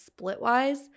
Splitwise